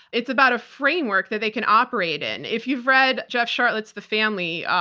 it's about a framework that they can operate in. if you've read jeff sharlet's the family,